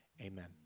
Amen